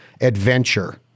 adventure